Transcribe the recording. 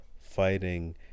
fighting